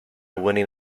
winning